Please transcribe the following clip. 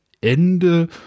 Ende